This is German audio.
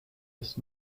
ist